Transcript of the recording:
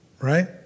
Right